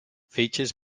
features